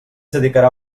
dedicarà